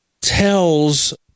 tells